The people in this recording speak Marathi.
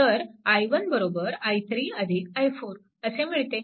तर i1 i3 i4 असे मिळते